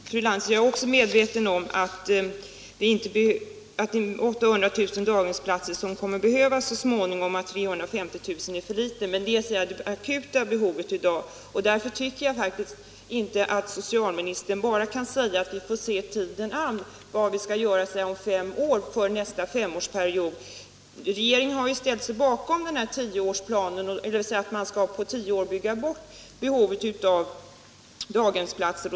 Herr talman! Ja, Inga Lantz, även jag är medveten om att det så småningom kommer att behövas 800 000 daghemsplatser. De 350 000 platser som jag nämnde är för litet, men de avsåg bara det akuta behovet för dagen. Och därför tycker jag att socialministern inte bara skall nöja sig med att se tiden an och tala om vad vi skall göra om fem år, alltså före nästa femårsperiod. Regeringen har ju här ställt sig bakom en tioårsplan, dvs. att man på tio år skall bygga bort bristen på daghemsplatser.